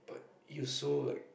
it was so like